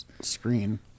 screen